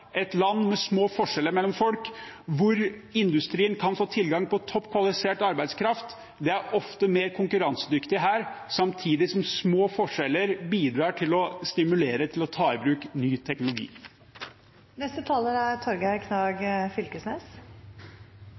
et land med små forskjeller mellom folk, hvor industrien kan få tilgang til topp kvalifisert arbeidskraft. Vi er ofte mer konkurransedyktige her, samtidig som små forskjeller bidrar til å stimulere til å ta i bruk ny